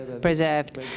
preserved